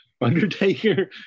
Undertaker